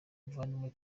muvandimwe